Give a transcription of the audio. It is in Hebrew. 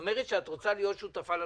את אומרת שאת רוצה להיות שותפה לנוסח,